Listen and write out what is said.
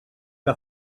què